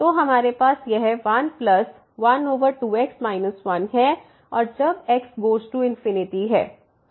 तो हमारे पास यह 112x 1 है है और जब x गोज़ टू है